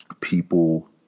people